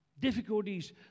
difficulties